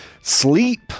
Sleep